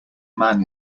man